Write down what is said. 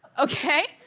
ok.